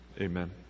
Amen